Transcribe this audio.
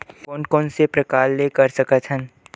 कोन कोन से प्रकार ले कर सकत हन?